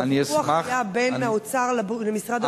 הוויכוח היה בין האוצר למשרד הבריאות.